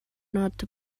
not